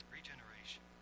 Regeneration